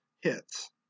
hits